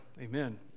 Amen